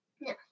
No